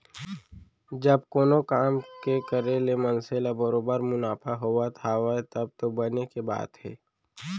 जब कोनो काम के करे ले मनसे ल बरोबर मुनाफा होवत हावय तब तो बने के बात हे